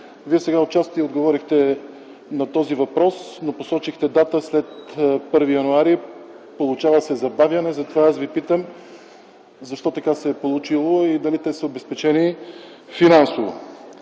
Вие сега отчасти отговорихте на този въпрос, но посочихте дата след 1 януари. Получава се забавяне, затова аз Ви питам защо така се е получило и дали те са обезпечени финансово.